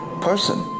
person